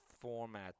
format